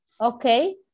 okay